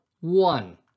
one